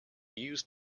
used